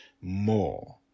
more